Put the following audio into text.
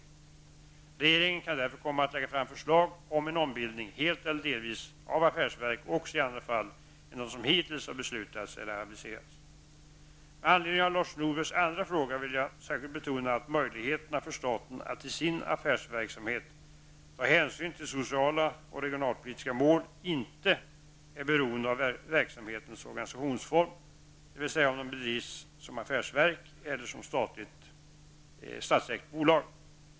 Regeringen kan därför komma att lägga fram förslag om en ombildning, helt eller delvis, av affärsverk också i andra fall än de som hittills har beslutats eller aviserats. Med anledning av Lars Norbergs andra fråga vill jag särskilt betona att möjligheterna för staten att i sin affärsverksamhet ta hänsyn till sociala och regionalpolitiska mål inte är beroende av verksamhetens organisationsform, dvs. om den bedrivs som affärsverk eller som statsägt bolag.